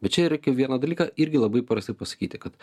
bet čia yra kaip vieną dalyką irgi labai paprastai pasakyti kad